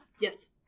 Yes